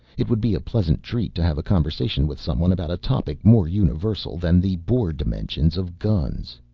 it would be a pleasant treat to have a conversation with someone about a topic more universal than the bore dimensions of guns.